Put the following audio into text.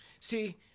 See